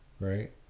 right